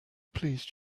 please